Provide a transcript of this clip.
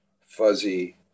fuzzy